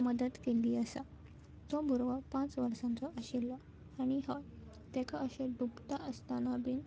मदत केल्ली आसा तो भुरगो पांच वर्सांचो आशिल्लो आनी हय ताका अशें डुबता आसतना बीन